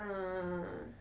orh